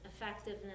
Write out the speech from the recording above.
effectiveness